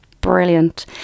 brilliant